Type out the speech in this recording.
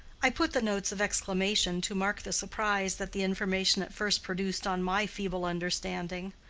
i put the notes of exclamation to mark the surprise that the information at first produced on my feeble understanding.